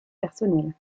personnel